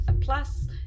plus